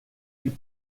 plus